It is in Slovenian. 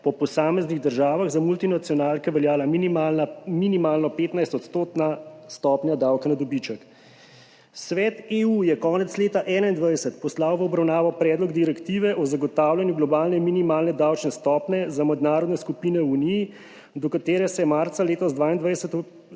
po posameznih državah za multinacionalke veljala minimalno 15-odstotna stopnja davka na dobiček. Svet EU je konec leta 2021 poslal v obravnavo Predlog direktive o zagotavljanju globalne minimalne davčne stopnje za mednarodne skupine v Uniji, do katere se je marca leta 2022